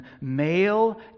male